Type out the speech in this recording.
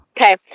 Okay